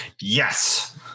Yes